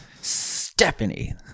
Stephanie